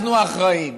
אנחנו אחראים.